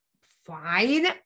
fine